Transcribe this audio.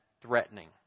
threatening